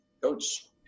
Coach